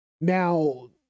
Now